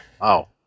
Wow